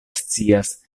scias